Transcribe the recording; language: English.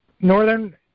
northern